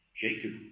Jacob